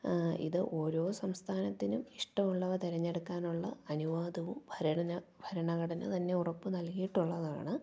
ഇത് ഓരോ സംസ്ഥാനത്തിനും ഇഷ്ടമുള്ളവ തെരഞ്ഞെടുക്കാനുള്ള അനുവാദവും ഭരണഘടന തന്നെ ഉറപ്പ് നൽകിയിട്ടുള്ളതാണ്